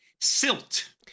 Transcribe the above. Silt